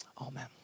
Amen